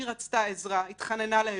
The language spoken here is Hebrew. היא רצתה עזרה, התחננה לעזרה.